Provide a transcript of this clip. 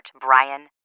Brian